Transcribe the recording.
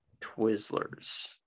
twizzlers